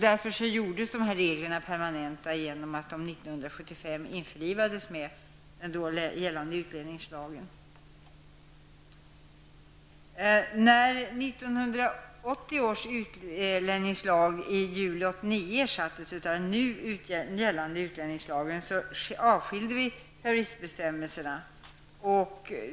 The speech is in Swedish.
Därför gjordes dessa regler permanenta genom att de år När 1980 års utlänningslag i juli 1989 ersattes av den nu gällande utlänningslagen avskilde vi terroristbestämmelserna.